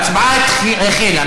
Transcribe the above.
ההצבעה החלה.